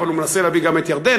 אבל הוא מנסה להביא גם את ירדן,